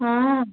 हाँ